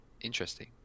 Interesting